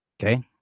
Okay